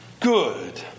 good